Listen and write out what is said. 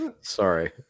Sorry